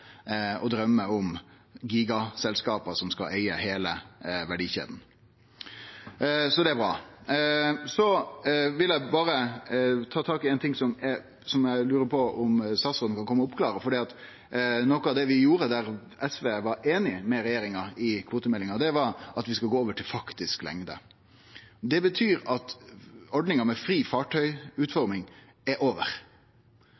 drøyme om gigaselskap som skal eige heile verdikjeda. Det er bra. Så vil eg berre ta tak i ein ting som eg lurer på om statsråden kan oppklare, for noko av det vi gjorde, og der SV var einig med regjeringa i forbindelse med kvotemeldinga, var at vi skulle gå over til faktisk lengde. Det betyr at ordninga med fri